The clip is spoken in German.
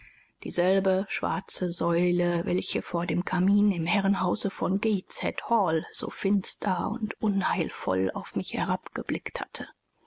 dieselbe schwarze säule welche vor dem kamin im herrenhause von gateshead hall so finster und unheilvoll auf mich herabgeblickt hatte